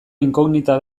inkognita